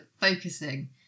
focusing